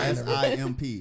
simp